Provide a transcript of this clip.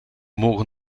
mogen